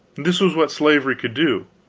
this was what slavery could do,